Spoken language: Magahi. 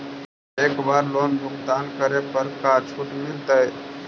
एक बार लोन भुगतान करे पर का छुट मिल तइ?